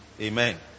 Amen